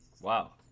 Wow